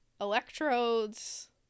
electrodes